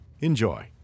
Enjoy